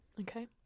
Okay